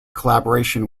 collaboration